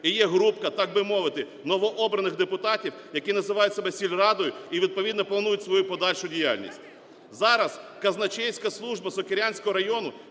і є групка, так би мовити, новообраних депутатів, які називають себе сільрадою і відповідно планують свою подальшу діяльність. Зараз казначейська службаСокирянського району